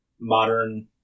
modern